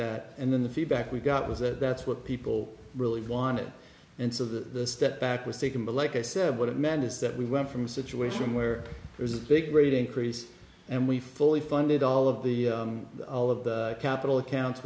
that and then the feedback we got was that that's what people really wanted and so the step back was taken but like i said what it meant is that we went from a situation where there's a big rate increase and we fully funded all of the all of the capital accounts